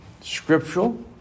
scriptural